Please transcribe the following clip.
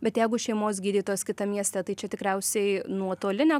bet jeigu šeimos gydytojas kitam mieste tai čia tikriausiai nuotolinę